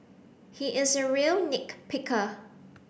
he is a real nit picker